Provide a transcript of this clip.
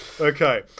okay